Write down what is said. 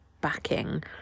backing